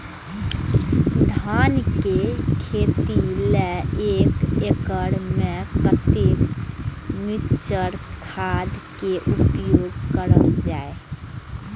धान के खेती लय एक एकड़ में कते मिक्चर खाद के उपयोग करल जाय?